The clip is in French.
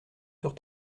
sur